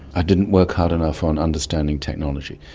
i didn't work hard enough on understanding technology.